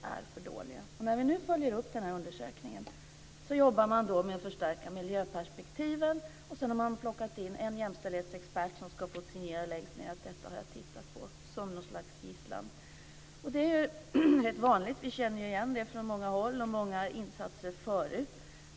När undersökningen nu följs upp jobbar man med att förstärka miljöperspektiven, och man har plockat in en jämställdhetsexpert, som längst ned får signera att detta har han eller hon tittat på, som något slags gisslan. Detta är rätt vanligt. Vi känner igen det från många håll och insatser tidigare.